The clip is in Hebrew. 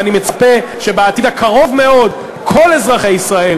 ואני מצפה שבעתיד הקרוב מאוד כל אזרחי ישראל